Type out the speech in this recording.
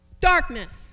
darkness